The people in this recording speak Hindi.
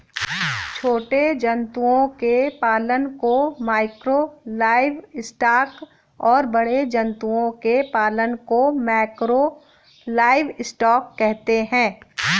छोटे जंतुओं के पालन को माइक्रो लाइवस्टॉक और बड़े जंतुओं के पालन को मैकरो लाइवस्टॉक कहते है